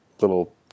little